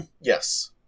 Yes